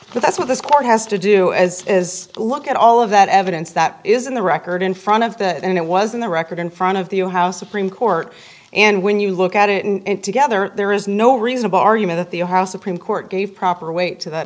so that's what this court has to do as is look at all of that evidence that is in the record in front of that and it was in the record in front of the you house supreme court and when you look at it and together there is no reasonable argument that the house supreme court gave proper weight to that